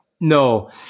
no